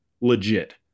legit